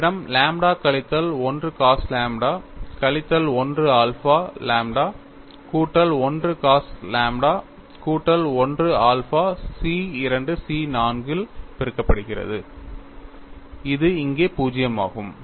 உங்களிடம் லாம்ப்டா கழித்தல் 1 cos lambda கழித்தல் 1 ஆல்பா லாம்ப்டா கூட்டல் 1 cos லாம்ப்டா கூட்டல் 1 ஆல்பா C 2 C 4 ஆல் பெருக்கப்படுகிறது இது இங்கே பூஜ்ஜியமாகும்